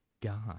god